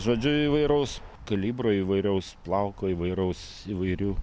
žodžiu įvairaus kalibro įvairaus plauko įvairaus įvairių